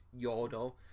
Yordle